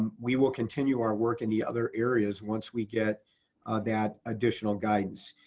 and we will continue our work in the other areas once we get that additional guidance.